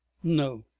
no.